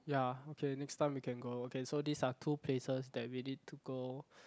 ya okay next time we can go okay so this are two places that we need to go